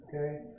Okay